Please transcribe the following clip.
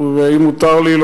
ואם מותר לי,